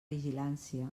vigilància